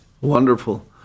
Wonderful